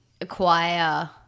acquire